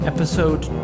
Episode